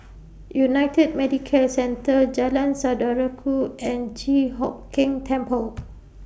United Medicare Centre Jalan Saudara Ku and Chi Hock Keng Temple